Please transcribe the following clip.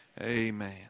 amen